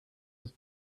was